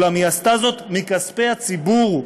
אולם היא עשתה זאת מכספי הציבור,